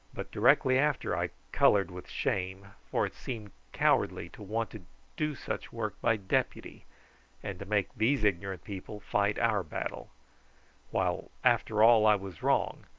but directly after i coloured with shame, for it seemed cowardly to want to do such work by deputy and to make these ignorant people fight our battle while after all i was wrong,